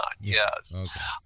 Yes